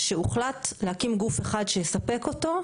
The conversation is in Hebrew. והוחלט להקים גוף אחד שיספק אותו,